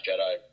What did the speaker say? Jedi